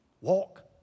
walk